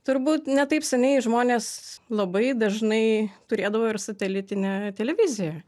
turbūt ne taip seniai žmonės labai dažnai turėdavo ir satelitinę televiziją